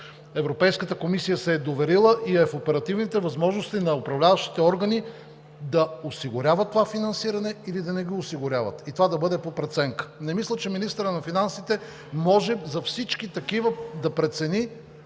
Европейската комисия се е доверила и е в оперативните възможности на управляващите органи да осигуряват това финансиране или да не го осигуряват, и това да бъде по преценка. Не мисля, че министърът на финансите може за всички такива да прецени